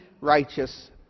righteous